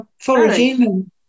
Foraging